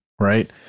right